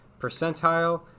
percentile